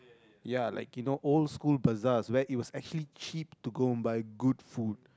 ya I like it you know old school bazaars where it was actually cheap to go and buy good food